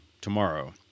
tomorrow